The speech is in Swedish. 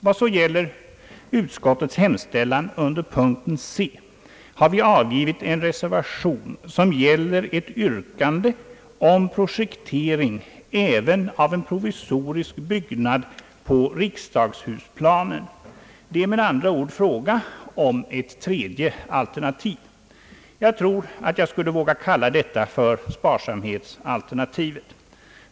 Vad så gäller utskottets hemställan under punkten C har vi avgivit en reservation med yrkande om projektering även av en provisorisk byggnad på riksdagshusplanen, Det är med andra ord fråga om ett tredje alternativ. Jag tror att jag skulle våga kalla detta för sparsamhetsalternativet.